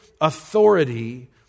authority